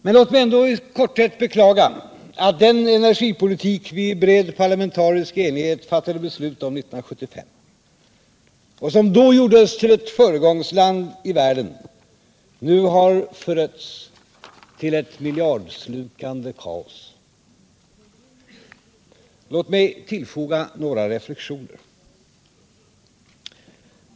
Men låt mig ändå i korthet beklaga att den energipolitik som vi i bred parlamentarisk enighet fattade beslut om 1975 och som då gjorde Sverige till ett föregångsland i världen nu har förötts till ett miljardslukande kaos. Låt mig tillfoga några reflexioner.